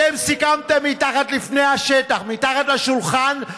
אתם סיכמתם מתחת לפני השטח, מתחת לשולחן,